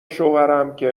شوهرم، که